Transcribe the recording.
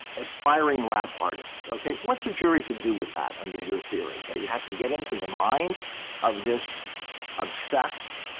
aspiring rap artist. okay? what's a jury to do with that under your theory? that you have to get into the mind of this obsessed,